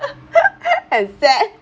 and sad